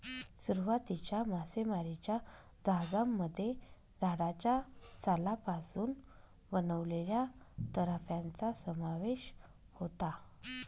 सुरुवातीच्या मासेमारीच्या जहाजांमध्ये झाडाच्या सालापासून बनवलेल्या तराफ्यांचा समावेश होता